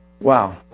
Wow